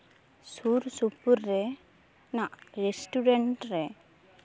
ᱥᱩᱨ ᱥᱩᱯᱩᱨ ᱨᱮ ᱨᱮᱱᱟᱜ ᱨᱥᱴᱩᱨᱮᱱᱴ ᱨᱮ